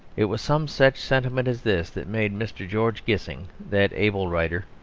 it was some such sentiment as this that made mr. george gissing, that able writer,